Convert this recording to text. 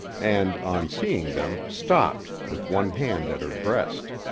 and, on seeing them, stopped, with one hand at her breast.